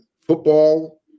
football